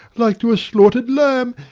like to a slaughtered lamb,